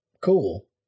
Cool